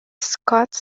scott